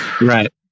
Right